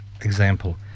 example